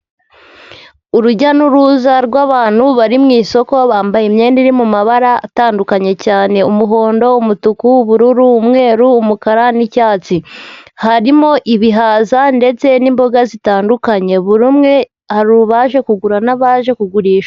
Urujya n'uruza rw'abantu bari mu isoko bambaye imyenda iri mu mabara atandukanye cyane, umuhondo, umutuku, ubururu, umweru, umukara, n'icyatsi, harimo ibihaza, ndetse n'imboga zitandukanye, buri umwe hari abaje kugura n'abaje kugurisha.